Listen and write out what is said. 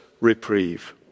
reprieve